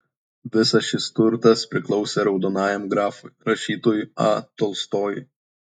visas šis turtas priklausė raudonajam grafui rašytojui a tolstojui